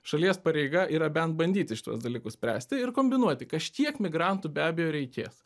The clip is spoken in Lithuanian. šalies pareiga yra bent bandyti šituos dalykus spręsti ir kombinuoti kažkiek migrantų be abejo reikės